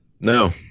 no